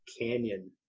canyon